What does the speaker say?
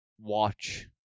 watch